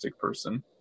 person